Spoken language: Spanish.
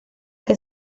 que